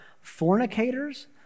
fornicators